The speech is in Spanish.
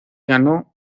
ganó